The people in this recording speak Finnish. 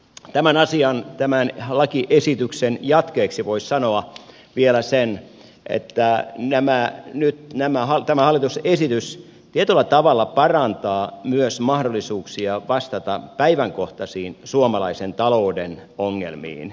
tämän asian tämän lakiesityksen jatkeeksi voisi sanoa vielä sen että nyt tämä hallituksen esitys tietyllä tavalla parantaa myös mahdollisuuksia vastata suomalaisen talouden päivänkohtaisiin ongelmiin